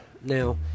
Now